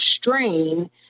strain